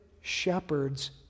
shepherds